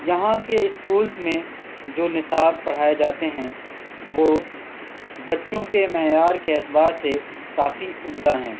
یہاں کے اسکولس میں جو نصاب پڑھائے جاتے ہیں وہ بچّوں کے معیار کے اعتبار سے کافی عمدہ ہیں